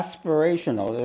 Aspirational